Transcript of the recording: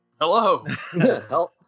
Hello